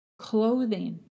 Clothing